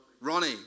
Ronnie